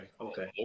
Okay